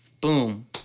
Boom